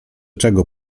czego